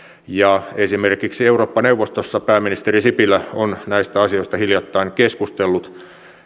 ja esimerkiksi eurooppa neuvostossa pääministeri sipilä on näistä asioista hiljattain keskustellut